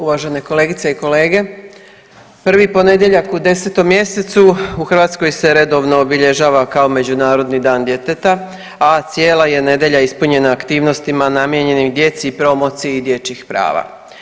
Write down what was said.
Uvažene kolegice i kolege, prvi ponedjeljak u 10. mjesecu u Hrvatskoj se redovno obilježava kao Međunarodni dan djeteta, a cijela je nedjelja ispunjena aktivnostima namijenjenih djeci i promociji dječjih prava.